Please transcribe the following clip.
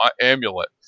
amulet